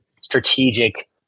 strategic